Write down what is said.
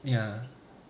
ya